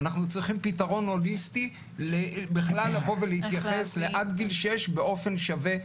אנחנו צריכים פתרון הוליסטי בכלל לבוא ולהתייחס לעד גיל שש באופן שווה.